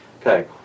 Okay